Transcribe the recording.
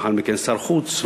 לאחר מכן שר החוץ,